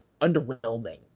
underwhelming